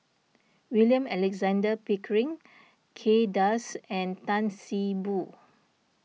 William Alexander Pickering Kay Das and Tan See Boo